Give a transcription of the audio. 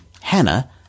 Hannah